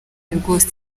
rwose